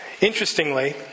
Interestingly